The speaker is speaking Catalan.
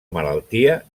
malaltia